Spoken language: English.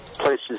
Places